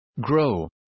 Grow